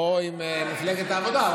לא עם מפלגת העבודה,